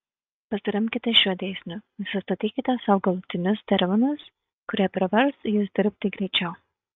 pasiremkite šiuo dėsniu nusistatykite sau galutinius terminus kurie privers jus dirbti greičiau